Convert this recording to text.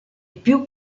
più